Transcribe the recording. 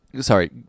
Sorry